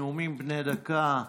נאומים בני דקה.